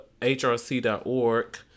hrc.org